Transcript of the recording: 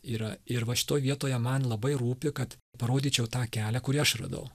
yra ir va šitoj vietoje man labai rūpi kad parodyčiau tą kelią kurį aš radau